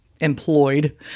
employed